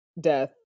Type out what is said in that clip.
death